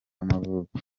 y’amavuko